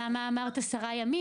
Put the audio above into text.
אז למה אמרת 10 ימים)?